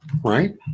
right